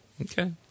Okay